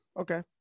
Okay